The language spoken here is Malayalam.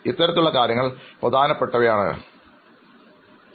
ഇത്തരത്തിലുള്ള കാര്യങ്ങൾ പ്രധാനപ്പെട്ടതാണെന്ന് അറിയാവുന്നവർ പറയുന്നത് പഠിക്കാൻ ശ്രമിക്കും